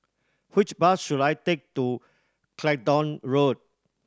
which bus should I take to Clacton Road